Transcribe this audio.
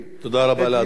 תודה רבה לאדוני.